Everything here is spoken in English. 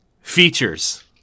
Features